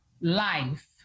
life